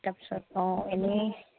তাৰপিছত অঁ এনেই